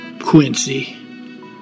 Quincy